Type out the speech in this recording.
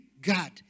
God